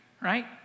right